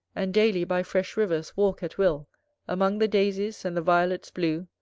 and daily by fresh rivers walk at will among the daisies and the violets blue,